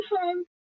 home